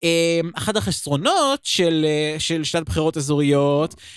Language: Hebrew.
אחד החסרונות של שנת בחירות אזוריות.